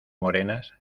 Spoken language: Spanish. morenas